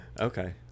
Okay